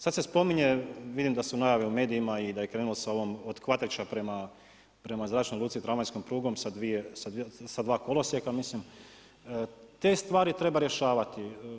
Sada se spominje vidim da su najave u medijima i da je krenulo sa ovom od Kvatrića prema zračnoj luci tramvajskom prugom sa dva kolosijeka, mislim te stvari treba rješavati.